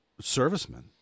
servicemen